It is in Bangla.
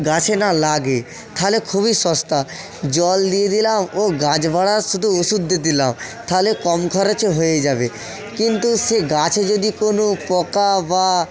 গাছে না লাগে তালে খুবই সস্তা জল দিয়ে দিলাম ও গাছ বাড়ার শুধু ওষুধ দিই দিলাম তাহলে কম খরচে হয়ে যাবে কিন্তু সেই গাছে যদি কোনও পোকা বা